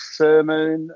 sermon